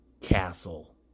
castle